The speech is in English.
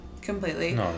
completely